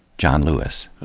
john lewis.